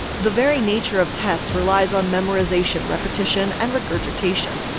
the very nature of tests relies on memorization, repetition and regurgitation.